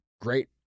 great